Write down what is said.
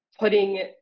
Putting